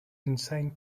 insane